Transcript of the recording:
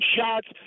shots